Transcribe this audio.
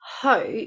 hope